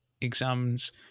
exams